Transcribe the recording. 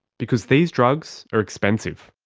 because these drugs are expensive.